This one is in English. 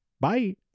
Bye